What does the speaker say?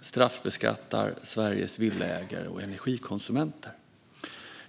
straffbeskattar Sveriges villaägare och energikonsumenter.